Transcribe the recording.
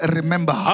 remember